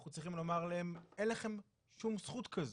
אנחנו צריכים לומר להם אין לכם שום זכות כזו.